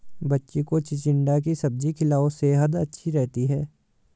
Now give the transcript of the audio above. बच्ची को चिचिण्डा की सब्जी खिलाओ, सेहद अच्छी रहती है